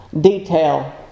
detail